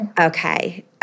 Okay